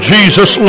Jesus